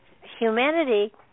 humanity